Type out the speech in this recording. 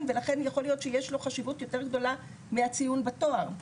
ולכן יכול להיות שיש לו חשיבות יותר גדולה מהציון בתואר.